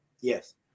yes